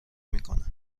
میکنه